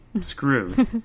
screwed